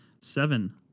Seven